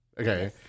Okay